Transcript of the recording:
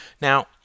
Now